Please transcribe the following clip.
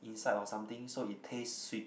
inside or something so it taste sweet